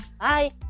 Bye